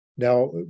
Now